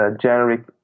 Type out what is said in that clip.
generic